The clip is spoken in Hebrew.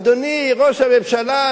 אדוני ראש הממשלה,